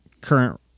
current